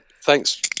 thanks